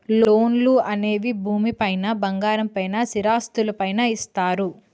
లోన్లు అనేవి భూమి పైన బంగారం పైన స్థిరాస్తులు పైన ఇస్తారు